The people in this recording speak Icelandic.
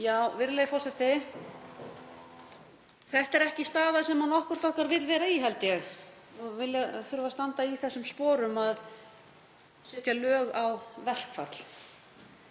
Virðulegur forseti. Þetta er ekki staða sem nokkurt okkar vill vera í, held ég, að þurfa að standa í þeim sporum að setja lög á verkfall.